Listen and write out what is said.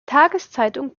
tageszeitung